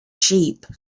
sheep